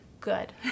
Good